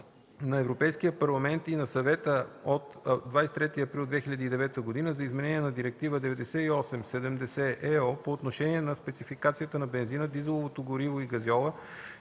на Европейския парламент и на Съвета от 23 април 2009 г. за изменение на Директива 98/70/ЕО по отношение на спецификацията на бензина, дизеловото гориво и газьола